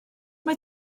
mae